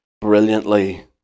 brilliantly